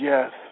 Yes